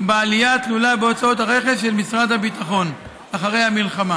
בעלייה התלולה בהוצאות הרכש של משרד הביטחון אחרי המלחמה.